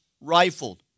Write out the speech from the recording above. rifled